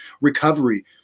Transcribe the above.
recovery